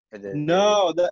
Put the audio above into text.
No